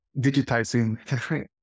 digitizing